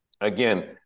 again